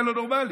הלא-נורמלי.